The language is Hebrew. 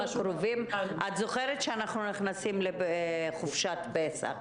את זוכרת שאנחנו נכנסים לחופשת פסח.